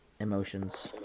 Emotions